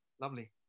lovely